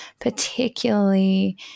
particularly